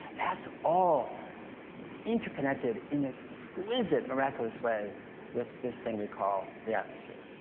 that's all interconnected in a exquisite miraculous way with this thing we call the atmosphere.